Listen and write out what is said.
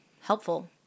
helpful